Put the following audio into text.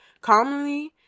Commonly